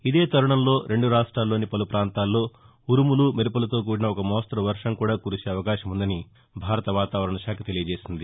ఇదే తరుణంలో రెండు రాష్టాల్లోని పలు ప్రాంతాల్లో ఉరుములు మెరుపులతో కూడిన ఒక మోస్తరు వర్వం కూడా కురిసే అవకాశం ఉందని భారత వాతావరణ శాఖ తెలియచేసింది